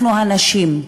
אנחנו, הנשים,